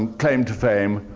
and claim to fame,